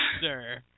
sir